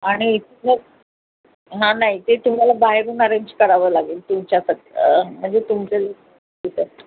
आणि जर हां नाही ते तुम्हाला बाहेरून अरेंज करावं लागेल तुमच्या पत म्हणजे तुमच्या हेच्यात